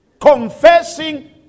Confessing